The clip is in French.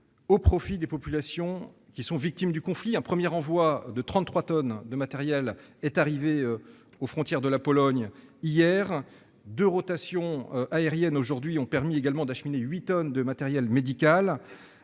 au profit des populations qui sont victimes du conflit. Un premier envoi de 33 tonnes de matériel est arrivé aux frontières de la Pologne, hier. Aujourd'hui, deux rotations aériennes ont permis d'acheminer 8 tonnes de matériel médical